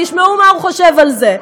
תשמעו מה הוא חושב על זה.